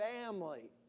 family